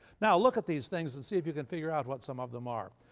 now look at these things and see if you can figure out what some of them are.